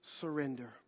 surrender